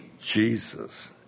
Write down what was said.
Jesus